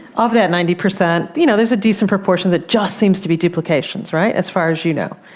of that ninety percent you know there's a decent proportion that just seems to be duplications, right, as far as you know.